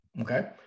okay